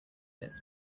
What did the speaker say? its